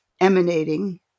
emanating